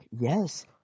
Yes